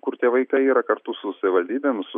kur tie vaikai yra kartu su savivaldybėm su